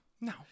No